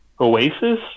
Oasis